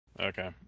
Okay